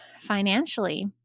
financially